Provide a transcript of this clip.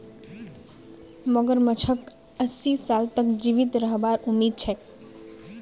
मगरमच्छक अस्सी साल तक जीवित रहबार उम्मीद छेक